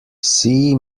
see